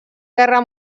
guerra